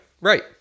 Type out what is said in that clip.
right